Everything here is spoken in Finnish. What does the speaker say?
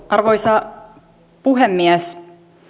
arvoisa puhemies